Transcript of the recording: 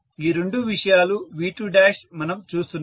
ఈ రెండు విషయాలు V2 మనం చూస్తున్నది